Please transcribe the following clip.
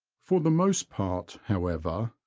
for the most part, however,